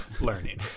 learning